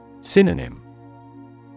Synonym